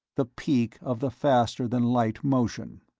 the peak of the faster-than-light motion.